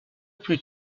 plus